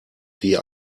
wie